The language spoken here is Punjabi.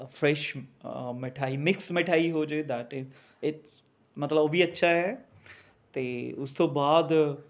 ਫਰੈਸ਼ ਮਿਠਾਈ ਮਿਕਸ ਮਿਠਾਈ ਹੋ ਜੇ ਦਾ ਤਾਂ ਇਸ ਮਤਲਬ ਵੀ ਅੱਛਾ ਹੈ ਅਤੇ ਉਸ ਤੋਂ ਬਾਅਦ